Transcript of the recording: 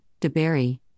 DeBerry